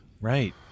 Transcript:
right